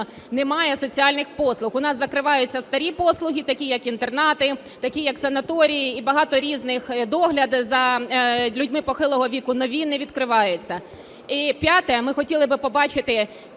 немає соціальних послуг, у нас закриваються старі послуги, такі як інтернати, такі як санаторії, і багато різних, догляд за людьми похилого віку, нові не відкриваються. І п'яте. Ми хотіли би побачити